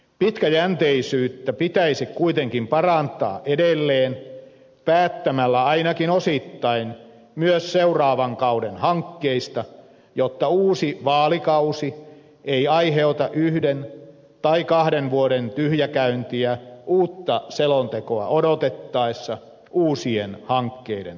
pitkäjänteisyyttä pitäisi kuitenkin parantaa edelleen päättämällä ainakin osittain myös seuraavan kauden hankkeista jotta uusi vaalikausi ei aiheuta yhden tai kahden vuoden tyhjäkäyntiä uutta selontekoa odotettaessa uusien hankkeiden osalta